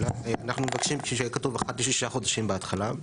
אנחנו מבקשים שיהיה כתוב אחת לשישה חודשים בהתחלה.